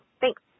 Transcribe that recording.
Thanks